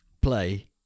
play